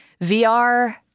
VR